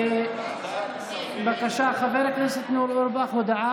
מעמד האישה.